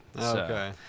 Okay